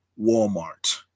Walmart